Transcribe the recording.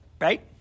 right